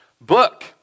book